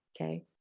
Okay